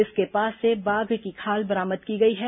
इसके पास से बाघ की खाल बरामद की गई है